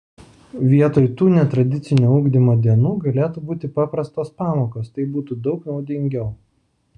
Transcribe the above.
vietoj tų netradicinio ugdymo dienų galėtų būti paprastos pamokos taip būtų daug naudingiau